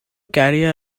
carry